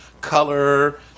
color